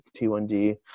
T1D